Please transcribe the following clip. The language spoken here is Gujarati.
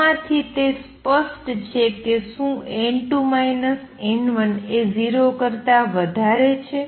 આમાંથી તે સ્પષ્ટ છે કે શું n2 n1 એ 0 કરતા વધારે છે